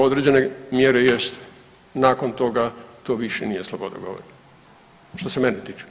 Do određene mjere jeste, nakon toga to više nije sloboda govora što se mene tiče.